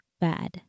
bad